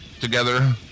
together